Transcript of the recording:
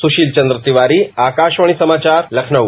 सुशील चंद्र तिवारी आकाशवाणी समाचार लखनऊ